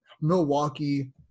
Milwaukee